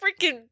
freaking